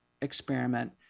experiment